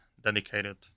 dedicated